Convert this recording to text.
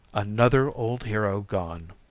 another old hero gone